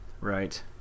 Right